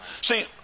See